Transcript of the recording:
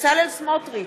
בצלאל סמוטריץ,